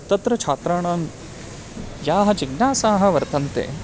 तत्र छात्राणां याः जिज्ञासाः वर्तन्ते